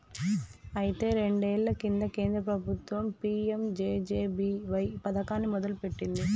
అయితే రెండేళ్ల కింద కేంద్ర ప్రభుత్వం పీ.ఎం.జే.జే.బి.వై పథకాన్ని మొదలుపెట్టింది